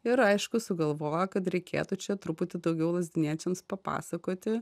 ir aišku sugalvojo kad reikėtų čia truputį daugiau lazdiniečiams papasakoti